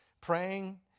Praying